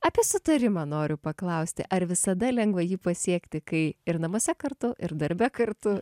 apie sutarimą noriu paklausti ar visada lengva jį pasiekti kai ir namuose kartu ir darbe kartu